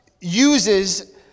uses